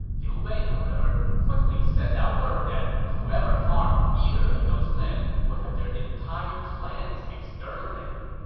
liu bei, however, quickly sent out word that whoever harmed either of those men would have their entire clans exterminated.